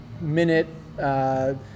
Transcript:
minute